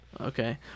Okay